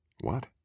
What